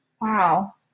Wow